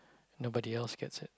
nobody else gets it